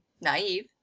naive